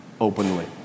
openly